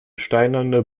steinerne